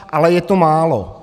Ale je to málo.